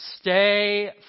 Stay